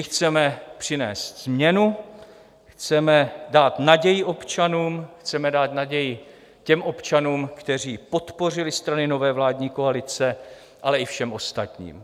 Chceme přinést změnu, chceme dát naději občanům, chceme dát naději těm občanům, kteří podpořili strany nové vládní koalice, ale i všem ostatním.